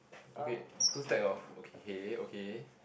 okay two stack of okay okay